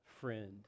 friend